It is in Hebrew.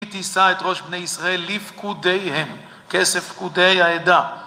תיסע את ראש בני ישראל לפקודיהם, כסף פקודי העדה.